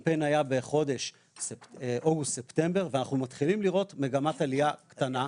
הקמפיין היה בחודש אוגוסט-ספטמבר ואנחנו מתחילים לראות מגמת עלייה קטנה,